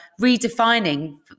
redefining